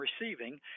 receiving